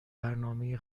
برنامه